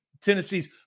Tennessee's